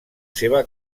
seva